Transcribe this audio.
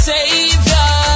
Savior